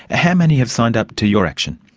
ah how many have signed up to your action?